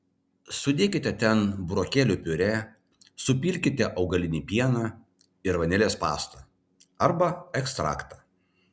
sudėkite ten burokėlių piurė supilkite augalinį pieną ir vanilės pastą arba ekstraktą